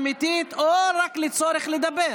השיקול הוא אם ההתנגדות היא התנגדות אמיתית או רק לצורך לדבר.